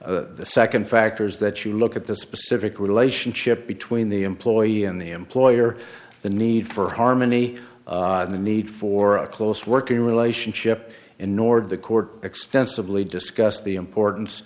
nord the second factor is that you look at the specific relationship between the employee and the employer the need for harmony and the need for a close working relationship and nord the court extensively discussed the importance